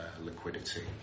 liquidity